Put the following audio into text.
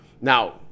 Now